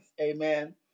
Amen